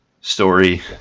story